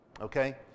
okay